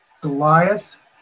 Goliath